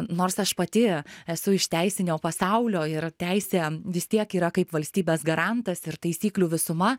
nors aš pati esu iš teisinio pasaulio ir teisė vis tiek yra kaip valstybės garantas ir taisyklių visuma